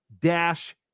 dash